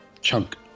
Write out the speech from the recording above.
Chunk